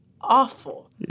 awful